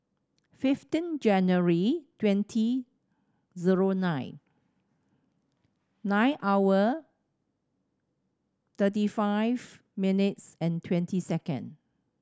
fifteen January twenty zero nine nine hour thirty five minutes and twenty second